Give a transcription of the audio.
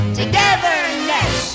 togetherness